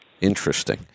Interesting